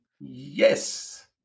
Yes